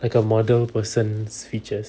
like a model person's features